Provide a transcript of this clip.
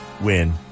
win